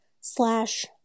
slash